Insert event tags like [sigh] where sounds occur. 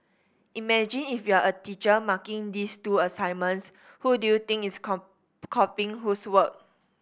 imagine if you are a teacher marking these two assignments who do you think is [unintelligible] copying whose work